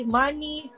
money